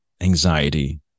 anxiety